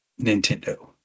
nintendo